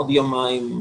עוד יומיים,